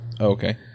Okay